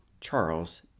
Charles